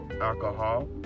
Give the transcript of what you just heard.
alcohol